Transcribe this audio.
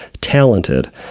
talented